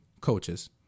coaches